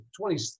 20